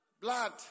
Blood